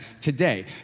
today